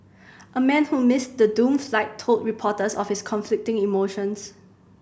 a man who missed the doomed flight told reporters of his conflicting emotions